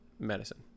medicine